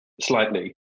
slightly